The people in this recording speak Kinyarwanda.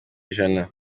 ijana